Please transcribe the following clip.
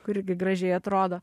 kuri gi gražiai atrodo